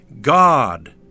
God